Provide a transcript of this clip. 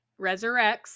resurrects